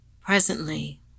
Presently